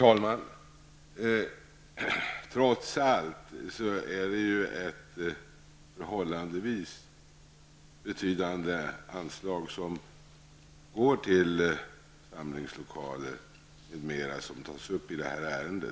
Herr talman! Det är trots allt ett förhållandevis betydande anslag som går till samlingslokaler m.m. som tas upp i detta ärende.